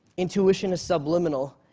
intuition is subliminal,